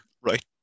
Right